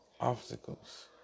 obstacles